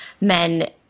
men